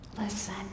listen